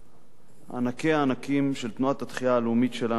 ענקי הענקים של תנועת התחייה הלאומית שלנו,